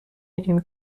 این